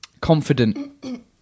confident